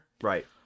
Right